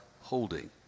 holding